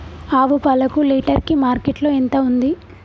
ఆవు పాలకు లీటర్ కి మార్కెట్ లో ఎంత ఉంది?